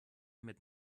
mit